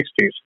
1960s